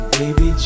baby